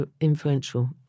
influential